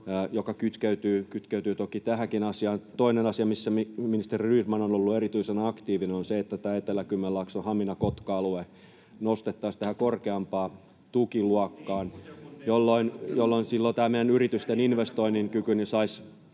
jotka kytkeytyvät toki tähänkin asiaan. Toinen asia, missä ministeri Rydman on ollut erityisen aktiivinen, on se, että Etelä-Kymenlaakson Hamina—Kotka-alue nostettaisiin tähän korkeampaan tukiluokkaan, [Mikko Savola: Niin, Kuusiokuntien kustannuksella!